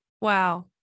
Wow